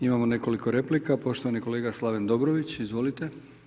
Imamo nekoliko replika, poštovani kolega Slaven Dobrović, izvolite.